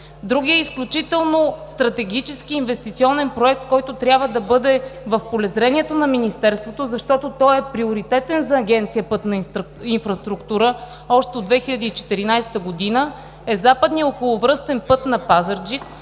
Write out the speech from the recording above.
Другият изключително стратегически инвестиционен проект, който трябва да бъде в полезрението на Министерството, защото той е приоритетен за Агенция „Пътна инфраструктура“ още от 2014 г., е Западният околовръстен път на Пазарджик.